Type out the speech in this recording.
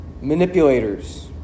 manipulators